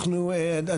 תודה רבה לך.